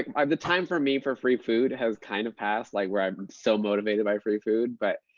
um the time for me for free food has kind of passed like where i'm so motivated by free food. but